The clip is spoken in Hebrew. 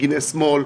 מפגיני שמאל,